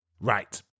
Right